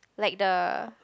like the